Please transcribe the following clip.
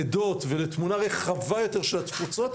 עדות ולתמונה רחבה יותר של התפוצות,